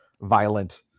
violent